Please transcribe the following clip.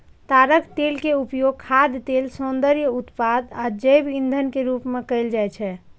ताड़क तेल के उपयोग खाद्य तेल, सौंदर्य उत्पाद आ जैव ईंधन के रूप मे कैल जाइ छै